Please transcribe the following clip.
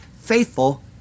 Faithful